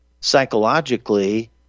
Psychologically